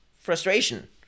frustration